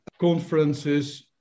conferences